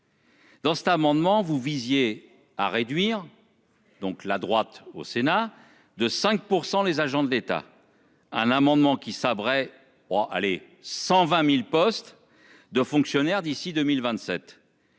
Dans cet amendement vous visiez à réduire. Donc la droite au sénat de 5 pour % les agents de l'État. Un amendement qui sabrer oh allez 120.000 postes de fonctionnaires d'ici 2027.--